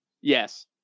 Yes